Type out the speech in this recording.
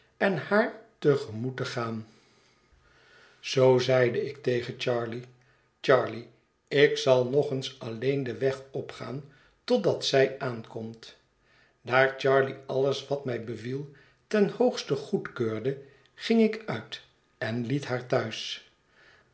en haar te gemoet te gaan zoo zeide ik tegen charley charley ik zal nog eens alleen den weg opgaan totdat zij aankomt daar charley alles wat mij beviel ten hoogste goedkeurde ging ik uit en liet haar thuis